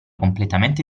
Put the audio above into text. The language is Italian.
completamente